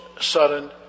sudden